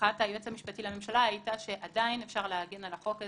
הכרעת היועץ המשפטי לממשלה היתה שעדיין אפשר להגן על החוק הזה,